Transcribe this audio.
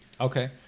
Okay